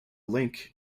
link